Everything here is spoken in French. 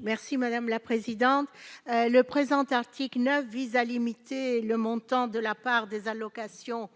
Merci madame la présidente, le présent article 9 vise à limiter le montant de la part des allocations